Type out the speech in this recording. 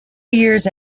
years